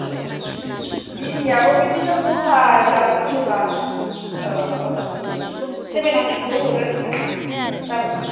औ बिनियाबो बिदिनो गथा हिसाबै फानोबा ओ बिदिनो सेबेन हान्द्रेद खरि हरो जाबाय